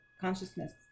consciousness